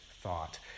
thought